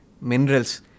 minerals